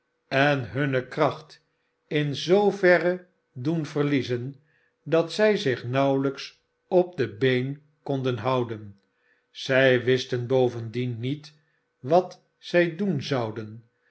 en hunne kracht in zooverre doen verliezen dat zij zich nauwe lijks op de been konden houden zij wisten bovendien niet wat zij doen zouden